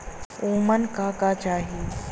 उमन का का चाही?